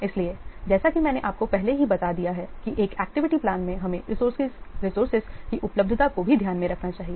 इसलिए जैसा कि मैंने आपको पहले ही बता दिया है कि एक्टिविटी प्लान में हमें रिसोर्सेज की उपलब्धता को भी ध्यान में रखना चाहिए